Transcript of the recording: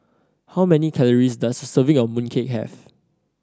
how many calories does a serving of mooncake have